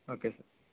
okay sir